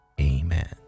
Amen